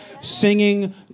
singing